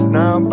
now